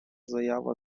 заява